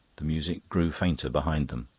the music grew fainter behind them.